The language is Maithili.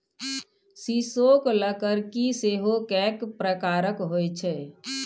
सीसोक लकड़की सेहो कैक प्रकारक होए छै